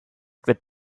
took